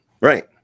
Right